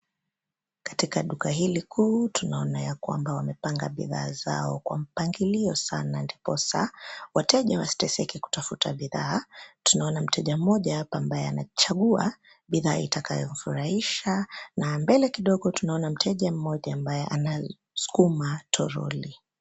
Katika duka hili kuu tunaona ya kwamba wamepanga bidhaa zao kwa mpangilio sana ndiposa wateja wasiteseke kutafuta bidhaa. Tunaona mteja mmoja hapa ambaye anachagua bidhaa itakayomfurahisha na mbele kidogo tunaona mteja mmoja ambaye anasukuma toroli.